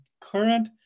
current